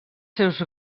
seus